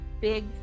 big